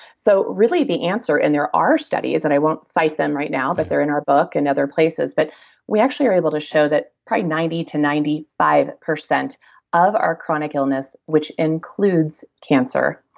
so really, the answer, and there are studies and i won't cite them right now, but they're in our book and other places, but we actually are able to show that probably ninety to ninety five percent of our chronic illness, which includes cancer,